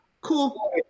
cool